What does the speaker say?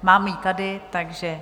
Mám ji tady, takže...